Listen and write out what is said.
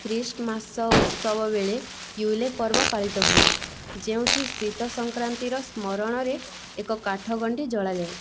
Christmas ଉତ୍ସବ ବେଳେ Yule ପର୍ବ ପାଳିତ ହୁଏ ଯେଉଁଠି ଶୀତ ସଂକ୍ରାନ୍ତିର ସ୍ମରଣରେ ଏକ କାଠ ଗଣ୍ଡି ଜଳାଯାଏ